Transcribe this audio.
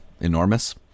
Enormous